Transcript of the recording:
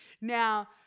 Now